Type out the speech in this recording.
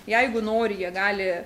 jeigu nori jie gali